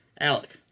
Alec